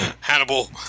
Hannibal